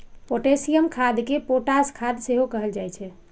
potassium खाद कें potash खाद सेहो कहल जाइ छै